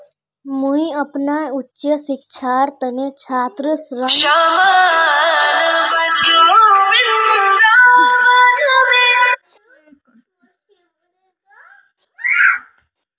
मुई अपना उच्च शिक्षार तने छात्र ऋण लुबार पत्र छि कि?